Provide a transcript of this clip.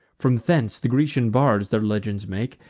from hence the grecian bards their legends make,